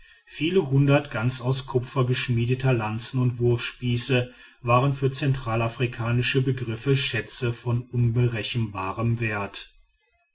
viele hundert ganz aus kupfer geschmiedeter lanzen und wurfspieße waren für zentralafrikanische begriffe schätze von unberechenbarem wert